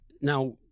now